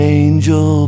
angel